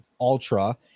Ultra